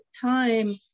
time